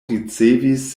ricevis